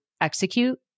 execute